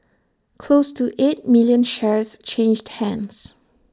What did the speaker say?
close to eight million shares changed hands